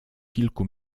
kilku